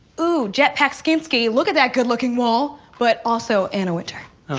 ooh, jet packinski. look at that good looking wall. but also, anna wintour. oh,